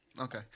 Okay